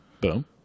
Boom